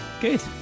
Good